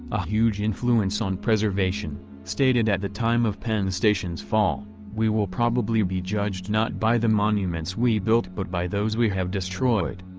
a huge influence on preservation, stated at the time of penn station's fall we will probably be judged not by the monuments we built but by those we have destroyed.